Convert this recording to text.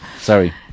Sorry